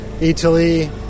Italy